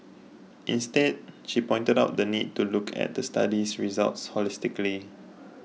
instead she pointed out the need to look at the study's results holistically